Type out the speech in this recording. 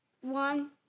One